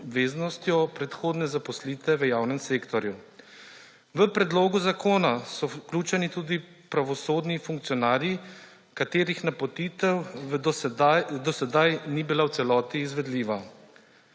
predhodne zaposlitve v javnem sektorju. V predlog zakona so vključeni tudi pravosodni funkcionarji, katerih napotitev do sedaj ni bila v celoti izvedljiva.